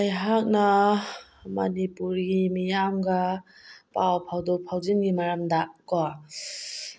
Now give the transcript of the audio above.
ꯑꯩꯍꯥꯛꯅ ꯃꯅꯤꯄꯨꯔꯒꯤ ꯃꯤꯌꯥꯝꯒ ꯄꯥꯎ ꯐꯥꯎꯗꯣꯛ ꯐꯥꯎꯖꯤꯟꯒꯤ ꯃꯔꯝꯗ ꯀꯣ